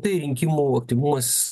tai rinkimų aktyvumas